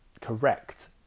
correct